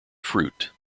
fruit